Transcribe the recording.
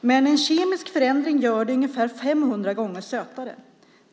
men en kemisk förändring gör det ungefär 500 gånger sötare.